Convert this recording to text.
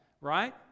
right